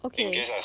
okay